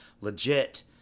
legit